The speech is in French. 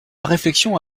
réflexion